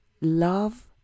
love